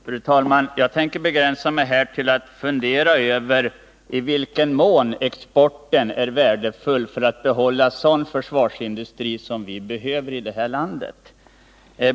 Fru tälman! Jag tänker begränsa mig till att ta upp funderingar kring frågan i vilken mån vapenexporten är värdefull för att vi skall kunna behålla en sådan försvarsindustri som vi behöver i det här landet.